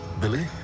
Billy